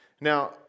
Now